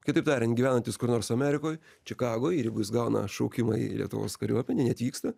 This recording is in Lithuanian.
kitaip tariant gyvenantys kur nors amerikoj čikagoj ir jeigu jis gauna šaukimą į lietuvos kariuomenę neatvyksta